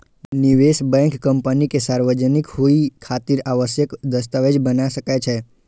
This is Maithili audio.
निवेश बैंक कंपनी के सार्वजनिक होइ खातिर आवश्यक दस्तावेज बना सकै छै